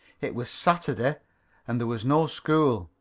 it was saturday and there was no school.